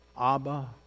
Abba